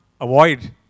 avoid